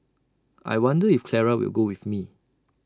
I wonder if Clara will go with me